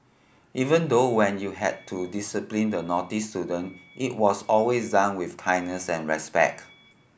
even though when you had to discipline the naughty student it was always done with kindness and respect